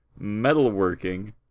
metalworking